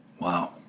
Wow